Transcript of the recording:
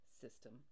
system